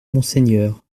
monseigneur